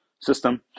system